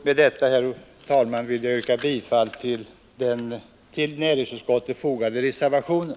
Med dessa ord, herr talman, vill jag yrka bifall till den vid utskottets betänkande fogade reservationen.